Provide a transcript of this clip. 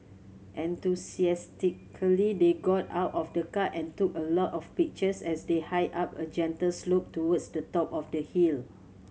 enthusiastically they got out of the car and took a lot of pictures as they hiked up a gentle slope towards the top of the hill